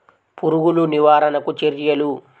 పురుగులు నివారణకు చర్యలు?